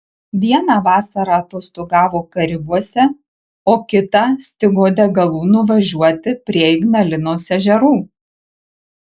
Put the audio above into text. vieną vasarą atostogavo karibuose o kitą stigo degalų nuvažiuoti prie ignalinos ežerų